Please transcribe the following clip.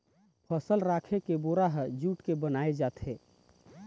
फसल राखे के बोरा ह जूट के बनाए जाथे